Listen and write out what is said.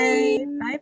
Bye